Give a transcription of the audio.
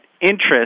interest